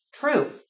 true